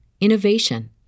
innovation